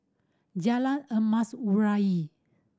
Jalan Emas Urai